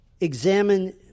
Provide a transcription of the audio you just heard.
Examine